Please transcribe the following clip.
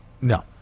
no